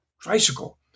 tricycle